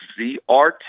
crt